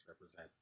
represent